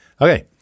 Okay